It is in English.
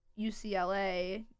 UCLA